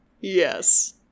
Yes